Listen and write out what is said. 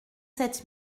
sept